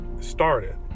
started